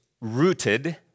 rooted